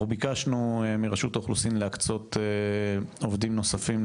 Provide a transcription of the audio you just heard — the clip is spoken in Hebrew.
אנחנו ביקשנו מרשות האוכלוסין להקצות עובדים נוספים,